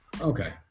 Okay